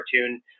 cartoon